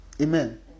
Amen